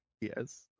yes